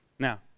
Now